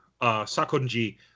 Sakonji